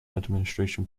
administration